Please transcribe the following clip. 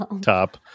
top